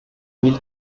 mille